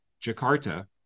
Jakarta